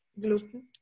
gluten